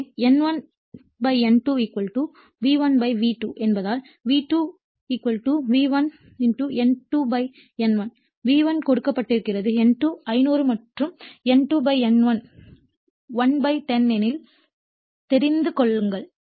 எனவே N1 N2 V1 V2 என்பதால் V2 V1 N2 N1 V1 கொடுக்கப்பட்டிருக்கிறது N2 500 மற்றும் N2 N1 110 எனில் தெரிந்து கொள்ளுங்கள்